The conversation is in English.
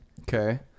Okay